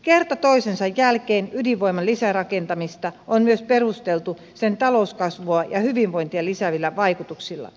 kerta toisensa jälkeen ydinvoiman lisärakentamista on myös perusteltu sen talouskasvua ja hyvinvointia lisäävillä vaikutuksilla